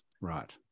Right